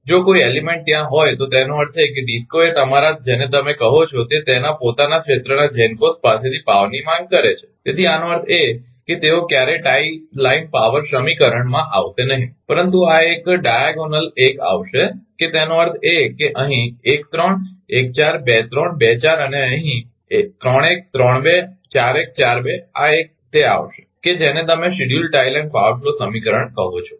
જો કોઈ એલીમેન્ટ ત્યાં હોય તો તેનો અર્થ એ છે કે ડિસ્કો એ તમારા જેને તમે કહો છો તે તેના પોતાના ક્ષેત્રનાં GENCOs પાસેથી પાવરની માંગ કરે છે તેથી આનો અર્થ એ કે તેઓ ક્યારેય ટાઇ લાઇન પાવર સમીકરણમાં આવશે નહીં પરંતુ આ એક આ કર્ણડાયાગોનલ 1 આવશે કે તેનો અર્થ એ કે અહીં 1 3 1 4 2 3 2 4 અને અહીં 3 1 3 2 4 1 4 2 આ એક તે આવશે કે જેને તમે schedule tie line power flow સમીકરણ કહો છો